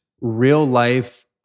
real-life